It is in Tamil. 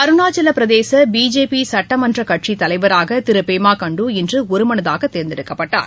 அருணாச்சல பிரதேச பிஜேபி சட்டமன்ற கட்சித் தலைவராக திரு பேமா கணட்டு இன்று ஒருமனதாக தேர்ந்தெடுக்கப்பட்டார்